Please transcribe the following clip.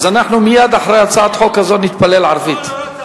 אנחנו ממשיכים בסדר-היום: הצעת חוק לתיקון פקודת מס הכנסה (מס' 179),